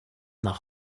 nach